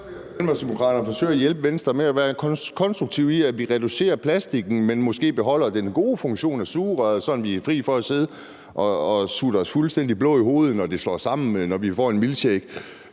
forsøge at hjælpe Venstre med at være konstruktive i, at vi reducerer plastikken, men at vi måske beholder den gode funktion af sugerøret, sådan at vi er fri for at sidde og sutte os fuldstændig blå i hovedet, når vi får en milkshake